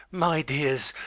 my dears,